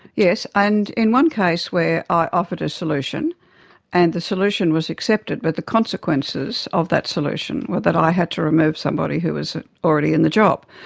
and in one case where i offered a solution and the solution was accepted but the consequences of that solution were that i had to remove somebody who was already in the job.